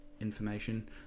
information